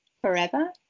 forever